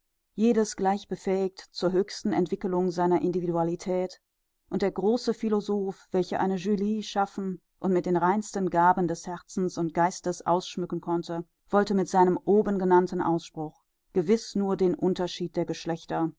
jedes gleichbefähigt zur höchsten entwickelung seiner individualität und der große philosoph welcher eine julie schaffen und mit den reichsten gaben des herzens und geistes ausschmücken konnte wollte mit seinem oben genannten ausspruch gewiß nur den unterschied der geschlechter